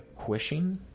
Quishing